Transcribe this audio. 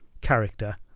character